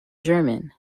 german